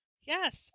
Yes